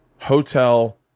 hotel